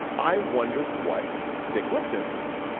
i wonder what dick lipton thinks?